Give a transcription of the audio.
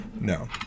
No